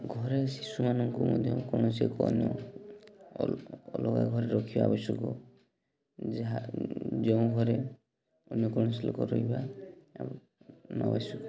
ଘରେ ଶିଶୁମାନଙ୍କୁ ମଧ୍ୟ କୌଣସି ଅନ୍ୟ ଅଲଗା ଘରେ ରଖିବା ଆବଶ୍ୟକ ଯାହା ଯେଉଁ ଘରେ ଅନ୍ୟ କୌଣସି ଲୋକ ରହିବା ଅନାବଶ୍ୟକ